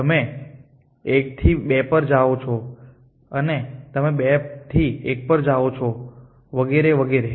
તમે 1 થી 2 પર જાઓ છો અને તમે 2 થી 1 પર જાઓ છો વગેરે વગેરે